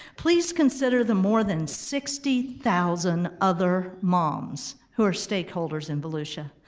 please consider the more than sixty thousand other moms who are stakeholders in volusia.